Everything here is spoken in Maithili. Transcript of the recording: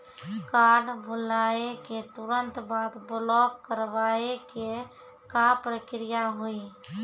कार्ड भुलाए के तुरंत बाद ब्लॉक करवाए के का प्रक्रिया हुई?